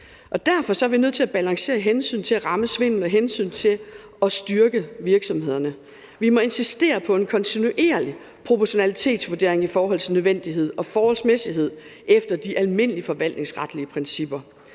Derfor er vi nødt til at balancere hensynet til at ramme svindel og hensynet til at styrke virksomhederne. Vi må insistere på en kontinuerlig proportionalitetsvurdering i forhold til nødvendighed og forholdsmæssighed efter de almindelige forvaltningsretlige principper,